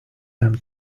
them